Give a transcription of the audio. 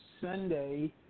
Sunday